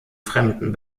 fremden